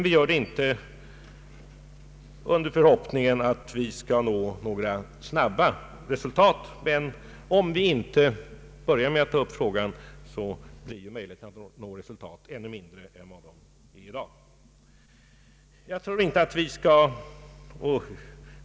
Vi gör det inte i någon förhoppning att nå snabba resultat, men om vi inte börjar med att ta upp frågan blir ju möjligheterna att nå resultat ännu mindre än de är i dag.